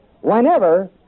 Whenever